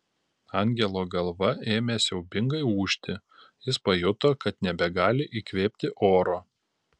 angelo galva ėmė siaubingai ūžti jis pajuto kad nebegali įkvėpti oro